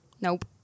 Nope